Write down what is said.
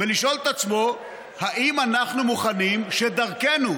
ולשאול את עצמו אם אנחנו מוכנים שדרכנו,